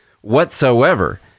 whatsoever